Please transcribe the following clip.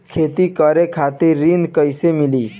खेती करे खातिर ऋण कइसे मिली?